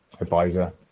advisor